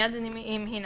מיד עם הינתנה,